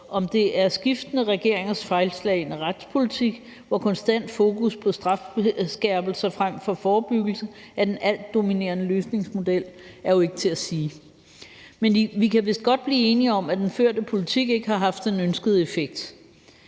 Om det er skiftende regeringers fejlslagne retspolitik, hvor konstant fokus på strafskærpelser frem for forebyggelse er den altdominerende løsningsmodel, er jo ikke til at sige. Men vi kan vist godt blive enige om, at den førte politik ikke har haft den ønskede effekt.